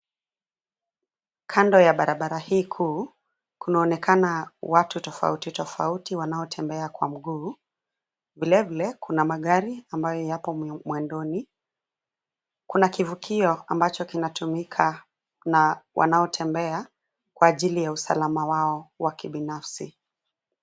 Kado ya barabara hii kuu kunaonekana watu tofauti tofauti wanaotembea kwa mguu. Vilevile kuna magari ambayo yapo mwe mwendoni. Kuna kifukio ambacho kinatumika na wanaotembea kwa ajiri ya usalama wao wa kibinafsi.